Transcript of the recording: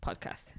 podcast